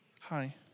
Hi